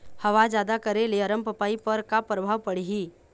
हवा जादा करे ले अरमपपई पर का परभाव पड़िही?